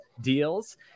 deals